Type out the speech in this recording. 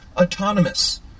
autonomous